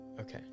Okay